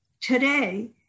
Today